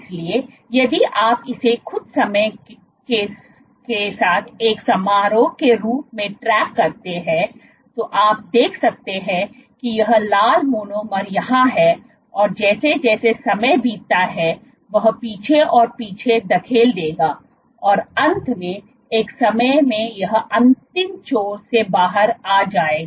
इसलिए यदि आप इसे कुछ समय के समय के एक समारोह के रूप में ट्रैक करते हैं तो आप देख सकते हैं कि यह लाल मोनोमर यहां है और जैसे जैसे समय बीतता है वह पीछे और पीछे धकेल देगा और अंत में एक समय में यह अंतिम छोर से बाहर आ जाएगा